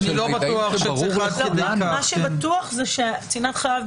מה שבטוח ש"צנעת חייו",